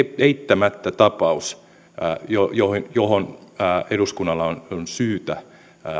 eittämättä tapaus johon eduskunnalla on on syytä